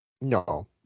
No